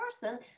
person